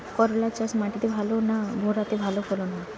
করলা চাষ মাটিতে ভালো না ভেরাতে ভালো ফলন হয়?